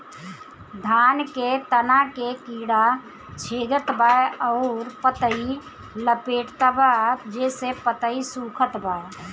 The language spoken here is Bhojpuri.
धान के तना के कीड़ा छेदत बा अउर पतई लपेटतबा जेसे पतई सूखत बा?